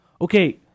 okay